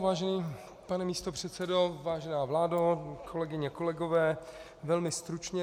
Vážený pane místopředsedo, vážená vládo, kolegyně, kolegové, velmi stručně.